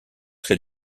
très